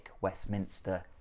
Westminster